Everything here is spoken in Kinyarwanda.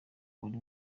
buri